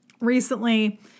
recently